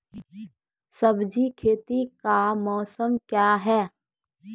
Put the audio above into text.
सब्जी खेती का मौसम क्या हैं?